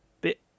Bit